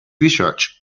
research